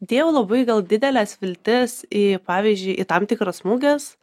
dėjau labai gal dideles viltis į pavyzdžiui į tam tikras muges